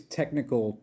technical